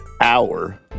hour